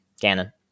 Canon